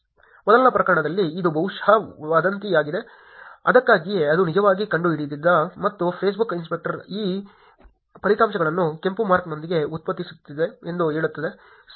ಮೊದಲ ಪ್ರಕರಣದಲ್ಲಿ ಇದು ಬಹುಶಃ ವದಂತಿಯಾಗಿದೆ ಅದಕ್ಕಾಗಿಯೇ ಅದು ನಿಜವಾಗಿ ಕಂಡುಹಿಡಿದಿದೆ ಮತ್ತು ಫೇಸ್ಬುಕ್ ಇನ್ಸ್ಪೆಕ್ಟರ್ ಈ ಫಲಿತಾಂಶವನ್ನು ಕೆಂಪು ಮಾರ್ಕ್ನೊಂದಿಗೆ ಉತ್ಪಾದಿಸುತ್ತಿದೆ ಎಂದು ಹೇಳುತ್ತಿದೆ